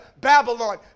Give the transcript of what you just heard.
Babylon